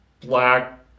black